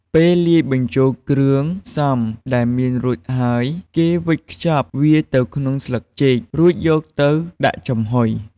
ពេលលាយបញ្ចូលគ្រឿងផ្សំដែលមានរួចហើយគេវេចខ្ចប់វាទៅក្នុងស្លឹកចេករួចយកទៅដាក់ចំហុយ។